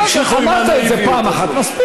תענה למה, את ה"חמאס"?